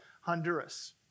Honduras